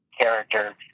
character